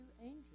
angels